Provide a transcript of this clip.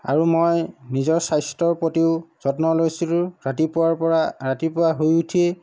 আৰু মই নিজৰ স্বাস্থ্যৰ প্ৰতিও যত্ন লৈছিলোঁ ৰাতিপুৱাৰ পৰা ৰাতিপুৱা শুই উঠি